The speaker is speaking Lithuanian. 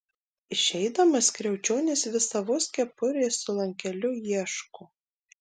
išeidamas kriaučionis vis savos kepurės su lankeliu ieško